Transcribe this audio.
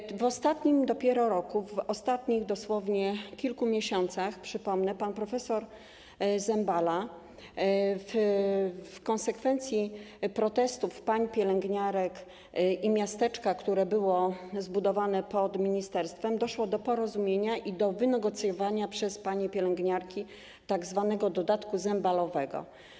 Dopiero w ostatnim roku, dosłownie w ostatnich kilku miesiącach, przypomnę tu pana prof. Zembalę, w konsekwencji protestów pań pielęgniarek i miasteczka, które było zbudowane pod ministerstwem, doszło do porozumienia i do wynegocjowania przez panie pielęgniarki tzw. dodatku zembalowego.